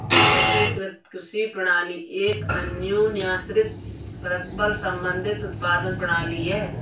एकीकृत कृषि प्रणाली एक अन्योन्याश्रित, परस्पर संबंधित उत्पादन प्रणाली है